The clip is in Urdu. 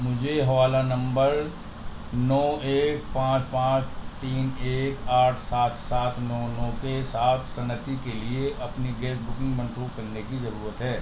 مجھے حوالہ نمبر نو ایک پانچ پانچ تین ایک آٹھ سات سات نو نو کے ساتھ صنعتی کے لیے اپنی گیس بکنگ منسوخ کرنے کی ضرورت ہے